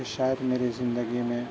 کہ شاید میری زندگی میں